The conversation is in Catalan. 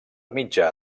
mitjà